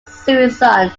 suisun